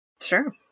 Sure